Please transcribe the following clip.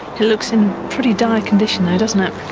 it looks in pretty dire condition though, doesn't it.